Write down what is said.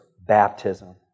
baptism